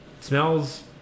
smells